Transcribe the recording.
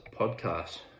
podcast